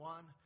One